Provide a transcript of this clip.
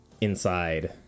inside